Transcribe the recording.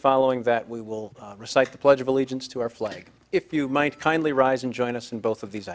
following that we will recite the pledge of allegiance to our flag if you might kindly rise and join us in both of these